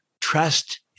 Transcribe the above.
trust